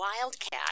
Wildcat